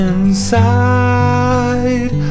Inside